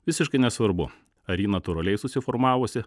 visiškai nesvarbu ar ji natūraliai susiformavusi